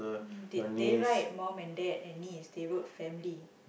did they write mum and dad and niece they wrote family